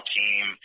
team